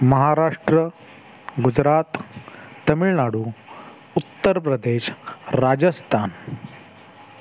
Maharashtra Gujarat Tamil Nadu Uttar Pradesh Rajasthan